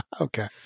okay